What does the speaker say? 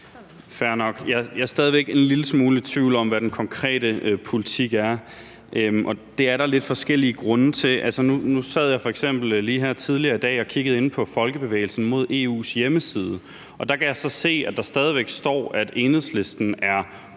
Jeg er stadig væk en lille smule i tvivl om, hvad den konkrete politik er. Det er der lidt forskellige grunde til. Nu sad jeg f.eks. lige her tidligere i dag og kiggede på Folkebevægelsen mod EU's hjemmeside. Der kan jeg så se, at der stadig væk står, at Enhedslisten er